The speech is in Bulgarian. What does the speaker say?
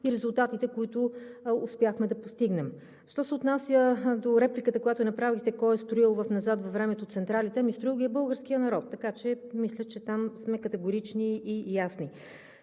и резултатите, които успяхме да постигнем. Що се отнася до репликата, която направихте, кой е строил назад във времето централите? Ами строил ги е българският народ. Мисля, че там сме категорични и ясни.